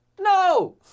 No